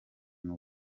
n’u